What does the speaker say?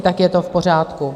Tak je to v pořádku.